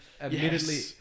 Admittedly